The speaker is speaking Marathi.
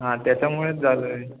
हां त्याच्यामुळेच झालं आहे